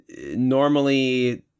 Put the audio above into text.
normally